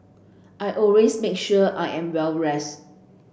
I always make sure I am well rested